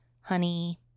Honey